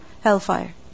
hellfire